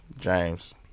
James